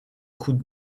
could